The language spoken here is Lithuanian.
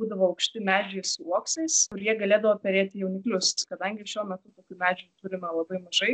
būdavo aukšti medžiai su uoksais kur jie galėdavo perėti jauniklius kadangi šiuo metu tokių medžių turime labai mažai